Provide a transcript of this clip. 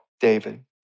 David